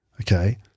okay